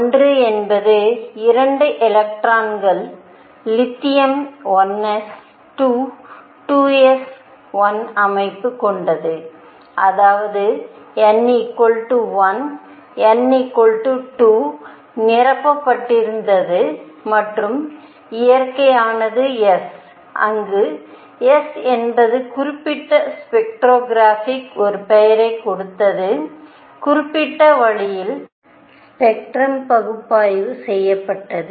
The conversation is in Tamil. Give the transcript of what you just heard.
1 என்பது 2 எலக்ட்ரான்கள் லித்தியம் 1 s 2 2s 1 அமைப்பு கொண்டது அதாவது n 1 n 2 நிரப்பப்பட்டிருந்தது மற்றும் இயற்கையானது s அங்கு s என்பது குறிப்பிட்ட ஸ்பெக்ட்ரோஸ்கோபிக் ஒரு பெயரைக் கொடுத்தது குறிப்பிட்ட வழியில் ஸ்பெக்ட்ரம் பகுப்பாய்வு செய்யப்பட்டது